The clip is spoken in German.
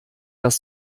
das